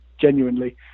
genuinely